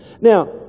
Now